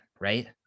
Right